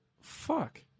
fuck